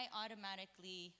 automatically